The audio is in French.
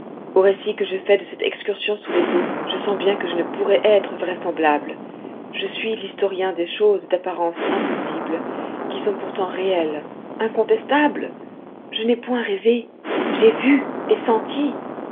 au récit que je fais de cette excursion sous les eaux je sens bien que je ne pourrai être vraisemblable je suis l'historien des choses d'apparence impossible qui sont pourtant réelles incontestables je n'ai point rêvé j'ai vu et senti